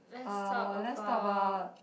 let's talk about